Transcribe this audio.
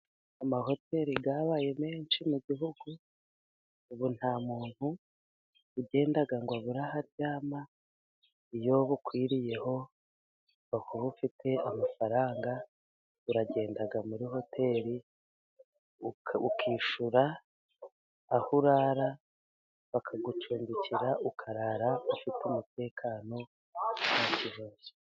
amahoteli yabaye menshi mu Gihugu. Ubu nta muntu wagenda ngo abure aharyama. Iyo bukwiriyeho pfa kuba ufite amafaranga, uragenda muri hoteli ukishyura aho urara, bakagucumbikira ukarara ufite umutekano mu nta kibazo.